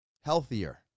healthier